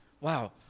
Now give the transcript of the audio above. wow